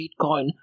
Bitcoin